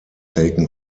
taken